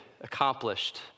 accomplished